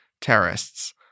terrorists